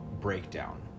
breakdown